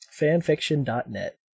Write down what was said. Fanfiction.net